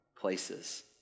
places